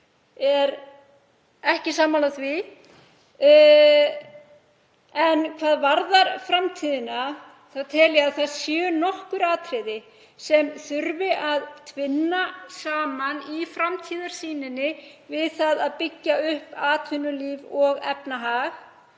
er ekki sammála því. En hvað varðar framtíðina þá tel ég að það séu nokkur atriði sem þurfi að tvinna saman í framtíðarsýninni við það að byggja upp atvinnulíf og efnahag.